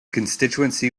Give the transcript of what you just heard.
constituency